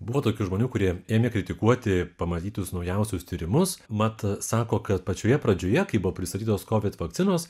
buvo tokių žmonių kurie ėmė kritikuoti pamatytus naujausius tyrimus mat sako kad pačioje pradžioje kai buvo pristatytos kokios vakcinos